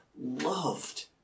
loved